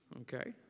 okay